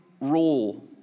role